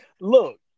Look